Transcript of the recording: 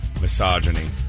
misogyny